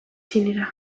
txinera